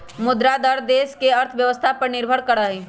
मुद्रा दर देश के अर्थव्यवस्था पर निर्भर करा हई